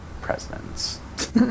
presidents